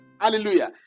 Hallelujah